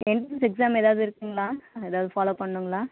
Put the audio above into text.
entrance exam ஏதாவது இருக்குதுங்களா அதை ஏதாவது ஃபாலோவ் பண்ணனுங்களா